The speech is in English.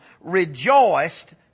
rejoiced